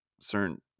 certain